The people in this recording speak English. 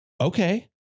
okay